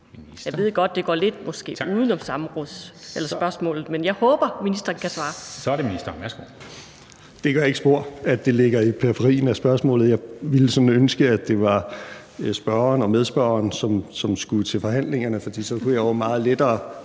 Så er det ministeren. Værsgo. Kl. 13:40 Justitsministeren (Nick Hækkerup): Det gør ikke spor, at det ligger i periferien af spørgsmålet. Jeg ville sådan ønske, at det var spørgeren og medspørgeren, som skulle til forhandlingerne, for så kunne jeg jo meget lettere